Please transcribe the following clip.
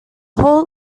hull